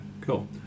cool